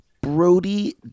Brody